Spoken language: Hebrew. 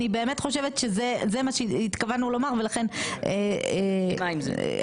אני באמת חושבת שזה מה שהתכוונו לומר ולכן אין בעיה עם זה.